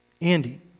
Andy